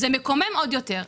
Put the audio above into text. זה מקומם עוד יותר.